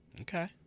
Okay